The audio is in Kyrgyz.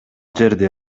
жерде